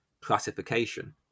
classification